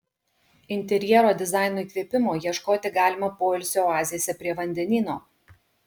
interjero dizaino įkvėpimo ieškoti galima poilsio oazėse prie vandenyno